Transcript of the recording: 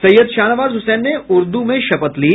सैयद शाहनवाज हुसैन ने उर्दू में शपथ ली